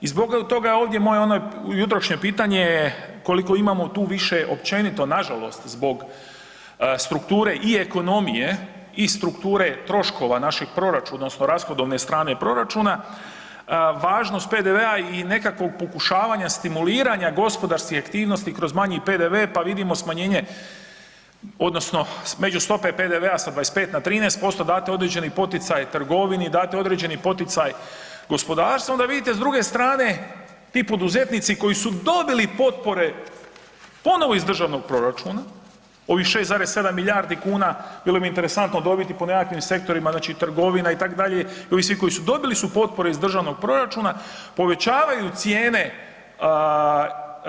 I zbog toga je ovdje moje jutrošnje pitanje koliko imamo tu više općenito, nažalost, zbog strukture ekonomije i strukture troškova našeg proračuna odnosno rashodovne strane proračuna važnost PDV-a i nekakvog pokušavanja stimuliranja gospodarskih aktivnosti kroz manji PDV pa vidimo smanjenje odnosno međustope PDV-a sa 25 na 13% date određeni poticaj trgovini, date određeni poticaj gospodarstvu onda vidite s druge strane ti poduzetnici koji su dobili potpore ponovno iz državnog proračuna ovih 6,7 milijardi kuna bilo bi interesantno dobiti po nekakvim sektorima, znači trgovina itd. i ovi svi koji su dobili potpore iz državnog proračuna